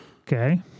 Okay